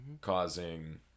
causing